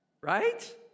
right